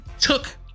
took